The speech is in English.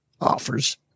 offers